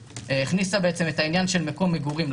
שהכניסה לחוק את העניין של מקום מגורים.